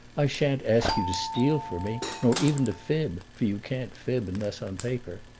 i shan't ask you to steal for me, nor even to fib for you can't fib, unless on paper.